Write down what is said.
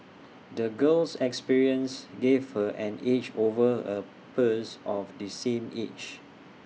the girl's experiences gave her an edge over her peers of the same age